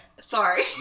Sorry